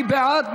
מי בעד?